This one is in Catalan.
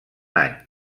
any